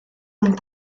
und